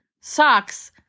socks